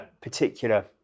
particular